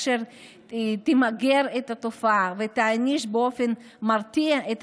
אשר תמגר את התופעה ותעניש באופן מרתיע את